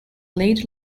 lady